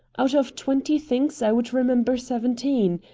out of twenty things i would remember seventeen.